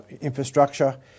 infrastructure